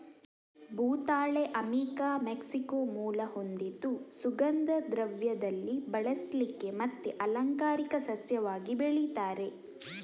ಭೂತಾಳೆ ಅಮಿಕಾ ಮೆಕ್ಸಿಕೋ ಮೂಲ ಹೊಂದಿದ್ದು ಸುಗಂಧ ದ್ರವ್ಯದಲ್ಲಿ ಬಳಸ್ಲಿಕ್ಕೆ ಮತ್ತೆ ಅಲಂಕಾರಿಕ ಸಸ್ಯವಾಗಿ ಬೆಳೀತಾರೆ